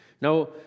Now